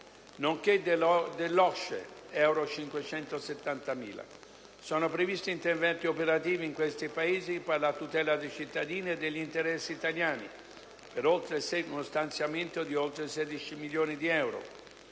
nonché dell'OSCE (570.000). Sono previsti interventi operativi in questi Paesi per la tutela dei cittadini italiani e degli interessi italiani (per uno stanziamento di oltre 16 milioni), per